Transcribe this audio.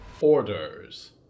Orders